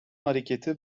hareketi